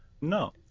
no